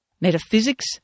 Metaphysics